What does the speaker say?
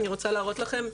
אני רוצה להראות לכם,